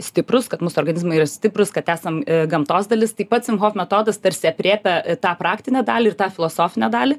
stiprūs kad mūsų organizmai yra stiprūs kad esam gamtos dalis taip pat sim hof metodas tarsi aprėpia tą praktinę dalį ir tą filosofinę dalį